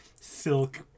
silk